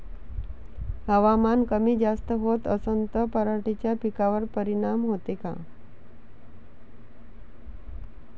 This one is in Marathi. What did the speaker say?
हवामान कमी जास्त होत असन त पराटीच्या पिकावर परिनाम होते का?